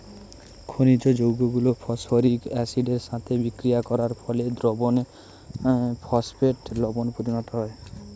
খনিজ যৌগগুলো ফসফরিক অ্যাসিডের সাথে বিক্রিয়া করার ফলে দ্রবণীয় ফসফেট লবণে পরিণত হয়